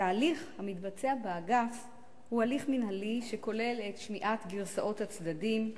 התהליך המתבצע באגף הוא הליך מינהלי שכולל את שמיעת גרסאות הצדדים,